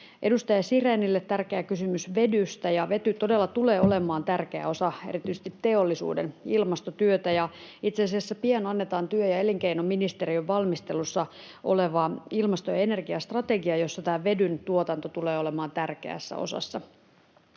Edustaja Sirénille: Tärkeä kysymys vedystä, ja vety todella tulee olemaan tärkeä osa erityisesti teollisuuden ilmastotyötä. Itse asiassa pian annetaan työ- ja elinkeinoministeriön valmistelussa oleva ilmasto- ja energiastrategia, jossa tämä vedyn tuotanto tulee olemaan tärkeässä osassa.